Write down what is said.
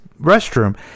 restroom